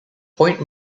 point